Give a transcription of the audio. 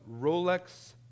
Rolex